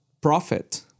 profit